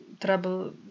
trouble